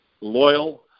loyal